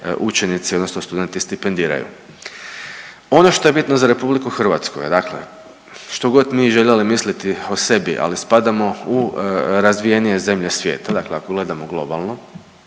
učenici, odnosno studenti stipendiraju. Ono što je bitno za Republiku Hrvatsku, je dakle što god mi željeli misliti o sebi, ali spadamo u razvijenije zemlje svijeta dakle ako gledamo globalno